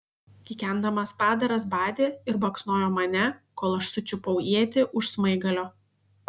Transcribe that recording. kikendamas padaras badė ir baksnojo mane kol aš sučiupau ietį už smaigalio